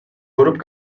huruf